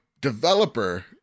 developer